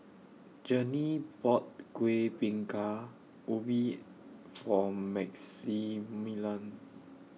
Journey bought Kueh Bingka Ubi For Maximilian